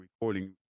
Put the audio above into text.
recording